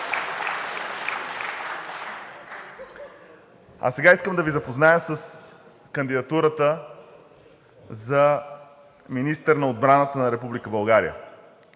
А сега искам да Ви запозная с кандидатурата за министър на отбраната на Република